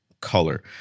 color